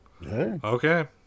Okay